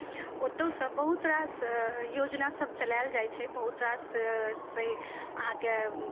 ओतौसँ बहुत रास योजना सभ चलायल जाइ छै बहुत रास अहाँकेँ